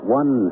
one